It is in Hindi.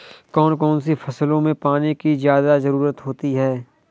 कौन कौन सी फसलों में पानी की ज्यादा ज़रुरत होती है?